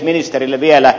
ministerille vielä